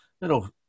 little